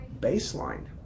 baseline